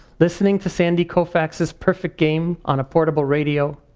listening to sandy colfax's perfect game on a portable radio,